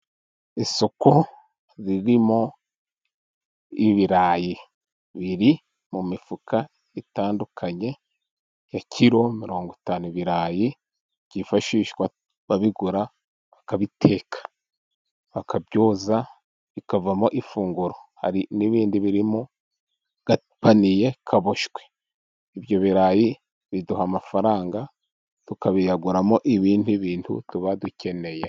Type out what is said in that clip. Isoko ririmo ibirayi biri mu mifuka itandukanye ya kilo mirongo itanu, ibirayi byifashishwa babigura bakabiteka bakabyoza bikavamo ifunguro, hari n'ibindi biri mu gapaniye kaboshywe, ibyo birayi biduha amafaranga tukayaguramo ibindi bintu tuba dukeneye.